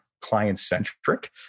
client-centric